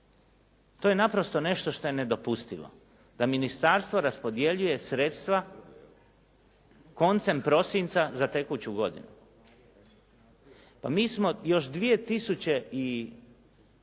To je naprosto nešto što je nedopustivo, da ministarstvo raspodjeljuje sredstva koncem prosinca za tekuću godinu. Pa mi smo još 2002.